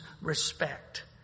respect